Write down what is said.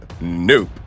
nope